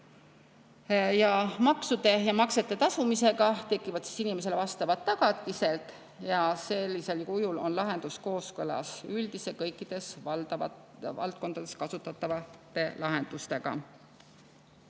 Maksude ja maksete tasumisega tekivad inimesele vastavad tagatised. Sellisel kujul on lahendus kooskõlas üldiste kõikides valdkondades kasutatavate lahendustega.